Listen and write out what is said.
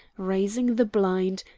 raising the blind,